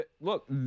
look